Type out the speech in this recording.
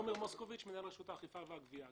מנהל רשות האכיפה והגבייה.